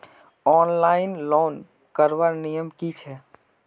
Online loan करवार नियम की छे?